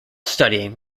studying